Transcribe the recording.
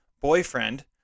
boyfriend